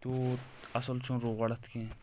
تیوٗت اصل چھُنہٕ روڈ اتھ کینٛہہ